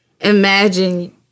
Imagine